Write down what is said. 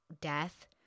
death